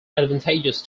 advantages